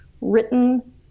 written